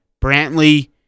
Brantley